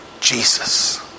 Jesus